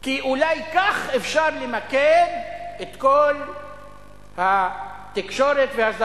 כי אולי כך אפשר למקד את כל התקשורת ואת אור